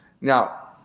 Now